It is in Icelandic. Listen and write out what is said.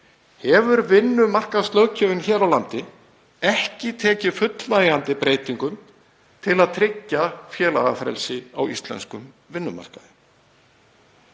hefur vinnumarkaðslöggjöfin hér á landi ekki tekið fullnægjandi breytingum til að tryggja félagafrelsi á íslenskum vinnumarkaði.